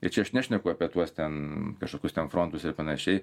ir čia aš nešneku apie tuos ten kažkokius ten frontus ir panašiai